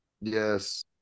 Yes